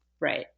Right